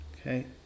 Okay